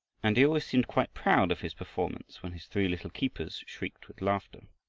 and he always seemed quite proud of his performance when his three little keepers shrieked with laughter.